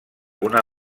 una